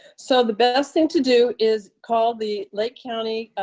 so the best thing to do is call the lake county